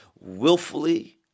willfully